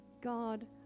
God